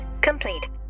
complete